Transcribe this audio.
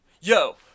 yo